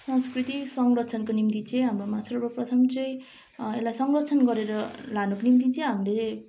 संस्कृति संरक्षणको निम्ति चाहिँ हाम्रोमा सर्वप्रथम चाहिँ यसलाई संरक्षण गरेर लानुको निम्ति चाहिँ हामीले